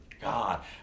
God